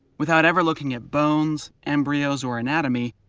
without ever looking at bones, embryos, or anatomy,